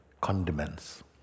condiments